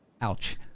Ouch